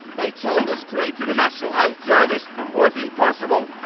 they told us creating a national health service was impossible.